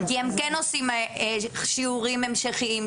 כי הם כן עושים שיעורים המשכיים.